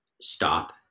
stop